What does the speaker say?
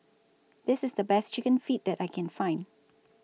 This IS The Best Chicken Feet that I Can Find